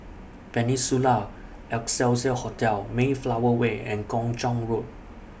Peninsula Excelsior Hotel Mayflower Way and Kung Chong Road